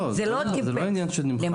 לא, זה לא עניין של נמחק.